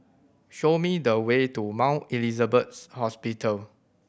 show me the way to Mount Elizabeth Hospital